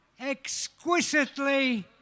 Exquisitely